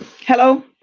hello